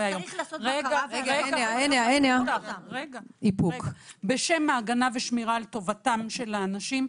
אז צריך לעשות בקרה --- בשם ההגנה ושמירה על טובתם של האנשים,